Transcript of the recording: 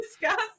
discuss